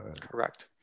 Correct